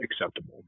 acceptable